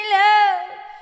love